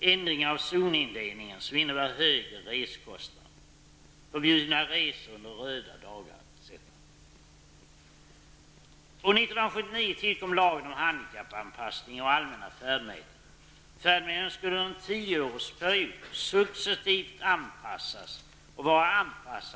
ändringar av zonindelningar som innebär högre reskostnader, förbjudna resor under ''röda dagar'', etc.